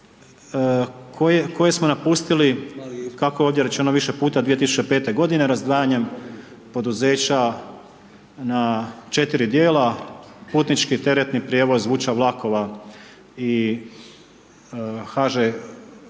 koje smo napustili, kako je ovdje rečeno više puta 2005.-te godine razdvajanjem poduzeća na 4 dijela, Putnički teretni prijevoz, Vuča vlakova i HŽ